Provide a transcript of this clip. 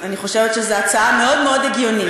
אני חושבת שזאת הצעה מאוד מאוד הגיונית,